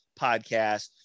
podcast